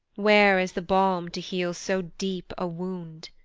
where is the balm to heal so deep a wound?